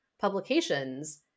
publications